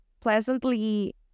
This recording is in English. pleasantly